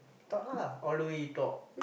talk lah all the way talk